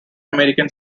american